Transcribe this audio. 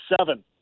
seven